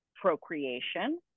procreation